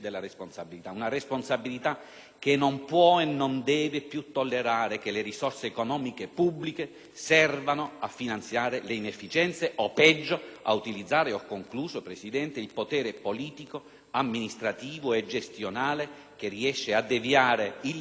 che non può e non deve più tollerare che le risorse economiche pubbliche servano a finanziare le inefficienze o, peggio, ad utilizzare il potere politico, amministrativo e gestionale che riesce a deviare illecitamente le risorse finanziarie